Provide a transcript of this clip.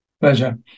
Pleasure